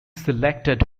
selected